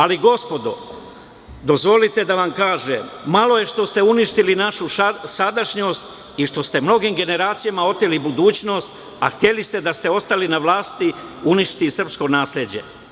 Ali, gospodo, dozvolite da vam kažem, malo je što ste uništili našu sadašnjost i što ste mnogim generacijama oteli budućnost, a hteli ste, da ste ostali na vlasti, uništiti i srpsko nasleđe.